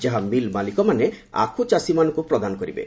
ଯାହା ମିଲ୍ ମାଲିକମାନେ ଆଖୁଚାଷୀମାନଙ୍କୁ ପ୍ରଦାନ କରିବେ